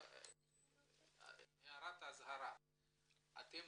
גם אתם